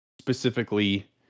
Specifically